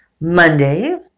Monday